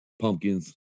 pumpkins